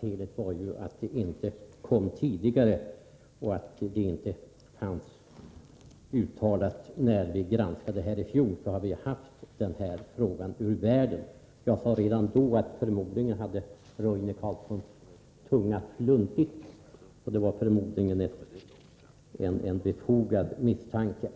Felet var att det inte kom tidigare och att det inte fanns uttalat när vi gjorde granskningen i fjol. Då hade denna fråga varit ur världen. Jag sade redan då att Roine Carlssons tunga förmodligen hade sluntit — det var förmodligen en befogad misstanke.